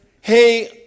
hey